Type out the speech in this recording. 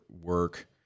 work